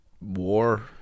war